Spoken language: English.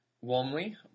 warmly